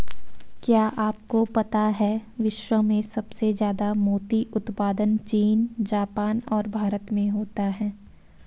क्या आपको पता है विश्व में सबसे ज्यादा मोती उत्पादन चीन, जापान और भारत में होता है?